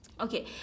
Okay